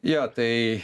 jo tai